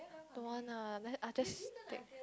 don't want lah let others take